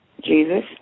Jesus